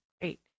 Great